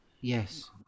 yes